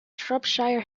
shropshire